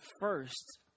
first